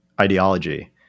ideology